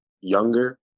younger